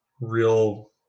real